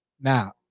now